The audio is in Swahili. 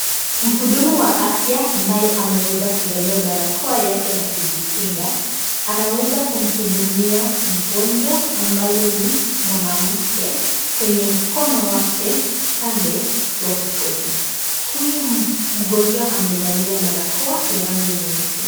Mhudumu wa afya ambaye ameweza kuvalia barakoa yake ya kujikinga, anaweza kumhudumia mgonjwa ambaye ni mwanamke. Kwenye mkono wake upande wa kushoto, huyu mgonjwa amevalia barakoa ya rangi nyeupe.